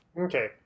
Okay